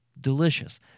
delicious